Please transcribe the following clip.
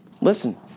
listen